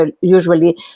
usually